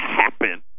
happen